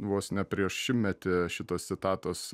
vos ne prieš šimtmetį šitos citatos